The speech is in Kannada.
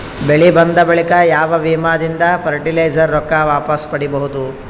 ಬೆಳಿ ಬಂದ ಬಳಿಕ ಯಾವ ವಿಮಾ ದಿಂದ ಫರಟಿಲೈಜರ ರೊಕ್ಕ ವಾಪಸ್ ಪಡಿಬಹುದು?